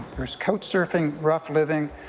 there is couch surfing, rough living.